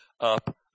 up